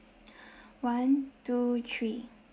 one two three